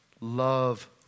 love